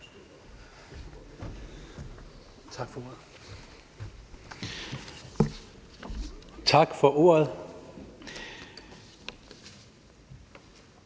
om forslaget. Tak for ordet.